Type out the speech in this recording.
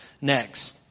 Next